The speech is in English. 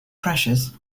pressures